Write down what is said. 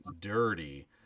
dirty